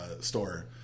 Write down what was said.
store